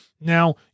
Now